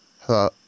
Hello